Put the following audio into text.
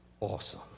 awesome